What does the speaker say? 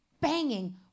banging